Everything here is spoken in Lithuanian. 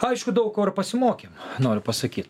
aišku daug ko ir pasimokėm noriu pasakyt